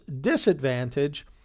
disadvantage